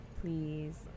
please